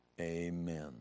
amen